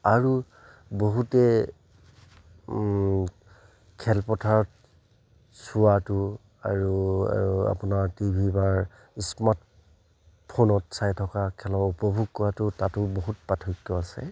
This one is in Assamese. আৰু বহুতে খেলপথাৰত চোৱাটো আৰু আৰু আপোনাৰ টি ভি বা স্মাৰ্টফোনত চাই থকা খেলৰ উপভোগ কৰাটো তাতো বহুত পাৰ্থক্য আছে